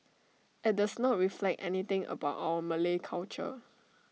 IT does not reflect anything about our Malay culture